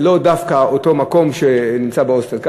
ולא דווקא אותו מקום שהוא נמצא בו,